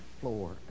floor